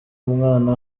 umwana